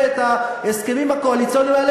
יכול להיות שהרב דרעי ינהג כך,